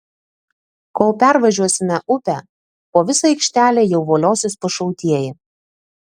kol pervažiuosime upę po visą aikštelę jau voliosis pašautieji